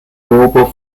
mobile